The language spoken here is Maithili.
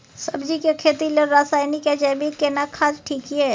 सब्जी के खेती लेल रसायनिक या जैविक केना खाद ठीक ये?